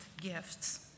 gifts